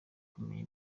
kumenya